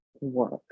work